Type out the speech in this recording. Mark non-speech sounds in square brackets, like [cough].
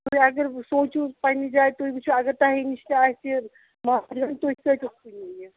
تُہۍ اَگر سوٗنچھِو پَننہِ جایہِ تُہۍ وٕچھِو اَگر تۄہہِ نِش تہِ آسہِ ماچھ گن تُہۍ [unintelligible] نہٕ